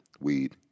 weed